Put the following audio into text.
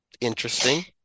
interesting